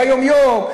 ביום-יום,